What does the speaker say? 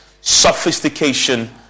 sophistication